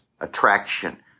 attraction